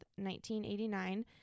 1989